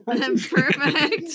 perfect